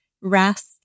rest